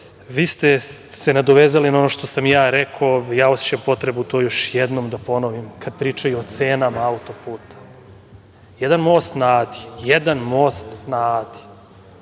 ste se nadovezali na ono što sam ja rekao. Osećam potrebu to još jednom da ponovim. Kad pričaju o cenama auto-puta jedan most na Adi više košta nego